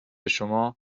شما